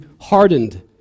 hardened